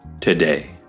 today